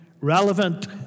relevant